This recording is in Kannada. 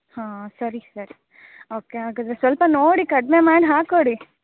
ಹಾಂ ಸರಿ ಸರಿ ಓಕೆ ಹಾಗಾದ್ರೆ ಸ್ವಲ್ಪ ನೋಡಿ ಕಡಿಮೆ ಮಾಡಿ ಹಾಕಿಕೊಡಿ